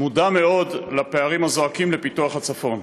מודע מאוד לפערים הזועקים לפיתוח הצפון.